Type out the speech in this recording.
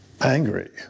angry